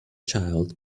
child